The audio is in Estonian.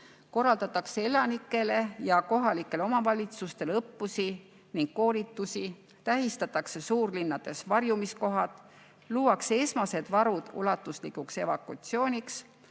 korraldatakse elanikele ja kohalikele omavalitsustele õppusi ning koolitusi, tähistatakse suurlinnades varjumiskohad, luuakse esmased varud ulatuslikuks evakutsiooniks,